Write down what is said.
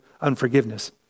unforgiveness